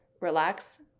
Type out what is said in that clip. Relax